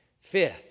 Fifth